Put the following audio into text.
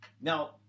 Now